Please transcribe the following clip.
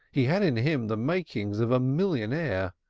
he had in him the makings of a millionaire.